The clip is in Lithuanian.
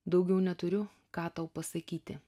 daugiau neturiu ką tau pasakyti